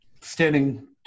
standing